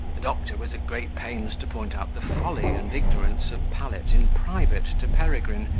the doctor was at great pains to point out the folly and ignorance of pallet in private to peregrine,